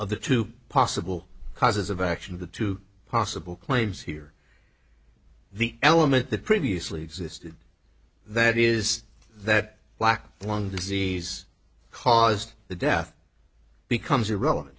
of the two possible causes of action of the two possible claims here the element that previously existed that is that black lung disease caused the death becomes irrelevant